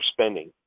spending